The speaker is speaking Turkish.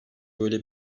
böyle